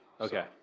Okay